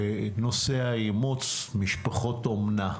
בנושא אימוץ משפחות אומנה.